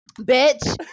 Bitch